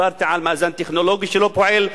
דיברתי על מאזן טכנולוגי שלא פועל,